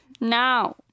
Now